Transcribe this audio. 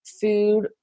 food